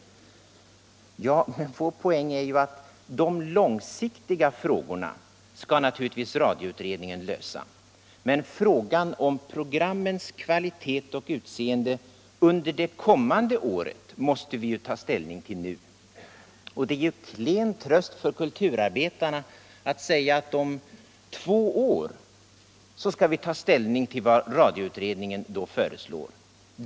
Vår ståndpunkt är att de långsiktiga frågorna naturligtvis skall lösas av radioutredningen, men frågan om programmens kvalitet och utseende under det kommande året måste vi ta ställning till nu. Det är en klen tröst för kulturarbetarna att säga att om två år skall vi ta ställning till vad radioutredningen föreslår.